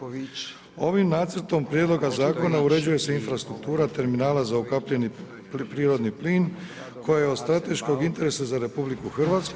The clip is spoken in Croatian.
Ovim nacrtom prijedloga zakona uređuju se infrastruktura terminala za ukapljeni prirodni plin koji je od strateškog interesa za RH.